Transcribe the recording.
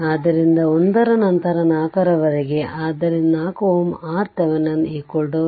ಆದ್ದರಿಂದ 1ರ ನಂತರ 4ರವರೆಗೆ ಆದ್ದರಿಂದ 4 Ω ಆರ್ತೆವೆನಿನ್ 4Ω